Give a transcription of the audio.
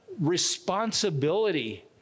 responsibility